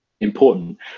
important